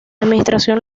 administración